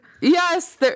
yes